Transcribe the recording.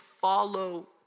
follow